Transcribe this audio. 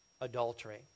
adultery